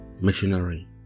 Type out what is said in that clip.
Missionary